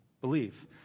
believe